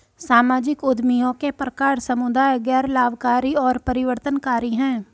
सामाजिक उद्यमियों के प्रकार समुदाय, गैर लाभकारी और परिवर्तनकारी हैं